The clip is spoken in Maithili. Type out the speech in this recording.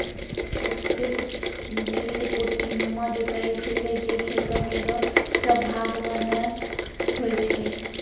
स्ट्रिप टिल पट्टीनुमा जुताई छिकै जे खेतो केरो सब भाग म नै होय छै